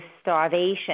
starvation